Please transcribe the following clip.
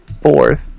fourth